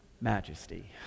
majesty